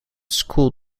school